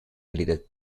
edited